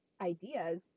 ideas